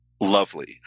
lovely